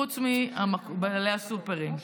חוץ מבעלי הסופרים.